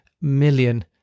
million